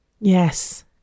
Yes